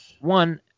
One